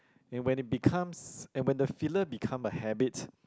and when it becomes and when the filler become a habit